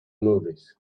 movies